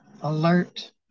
alert